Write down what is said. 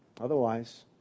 Otherwise